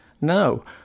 No